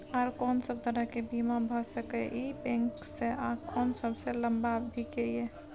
आर कोन सब तरह के बीमा भ सके इ बैंक स आ कोन सबसे लंबा अवधि के ये?